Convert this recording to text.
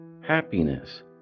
happiness